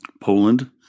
Poland